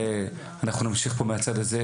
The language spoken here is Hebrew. אנחנו נמשיך פה מהצד הזה,